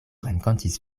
renkontis